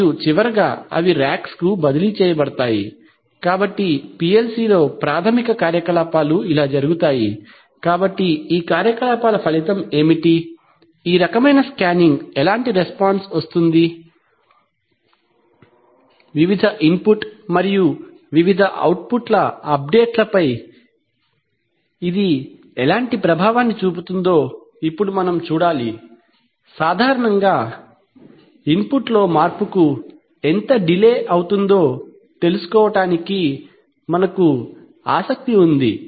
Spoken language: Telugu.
మరియు చివరగా అవి రాక్స్ కు బదిలీ చేయబడతాయి కాబట్టి PLC లో ప్రాథమిక కార్యకలాపాలు ఇలా జరుగుతాయి కాబట్టి ఈ కార్యకలాపాల ఫలితం ఏమిటి ఈ రకమైన స్కానింగ్ ఎలాంటి రెస్పాన్స్ వస్తుంది వివిధ ఇన్పుట్ మరియు అవుట్పుట్ అప్ డేట్ లపై ఇది ఎలాంటి ప్రభావాన్ని చూపుతుందో ఇప్పుడు మనం చూడాలి సాధారణంగా ఇన్పుట్ లో మార్పుకు ఎంత డిలే అవుతుందో తెలుసుకోవడానికి మనకు ఆసక్తి ఉంది